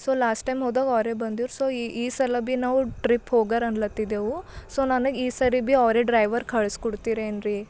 so last time ಹೋದಾವಾಗ ಅವರೇ ಬಂದಿರು ಸೊ ಈ ಈ ಸಲ ಬಿ ನಾವು ಟ್ರಿಪ್ ಹೋಗೋರ್ ಅನ್ಲತ್ತಿದ್ದೆವು ಸೊ ನನಗೆ ಈ ಸರಿ ಬಿ ಅವರೇ ಡ್ರೈವರ್ ಕಳ್ಸಿಕೊಡ್ತೀರೆನ್ರಿ